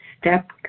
Step